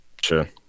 Sure